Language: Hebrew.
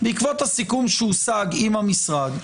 בעקבות הסיכום שהושג עם המשרד,